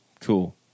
Cool